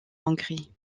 hongrie